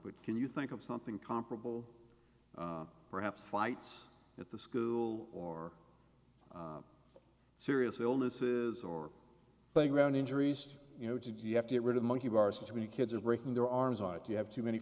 which can you think of something comparable perhaps fights at the school or serious illnesses or playing around injuries you know did you have to get rid of monkey bars to be kids and breaking their arms aren't you have too many